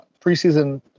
preseason